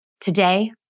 Today